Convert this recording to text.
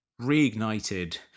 reignited